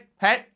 hey